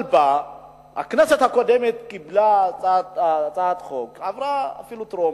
הכנסת הקודמת קיבלה הצעת חוק בקריאה טרומית,